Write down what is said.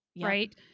right